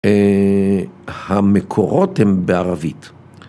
המקורות הם בערבית.